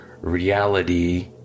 reality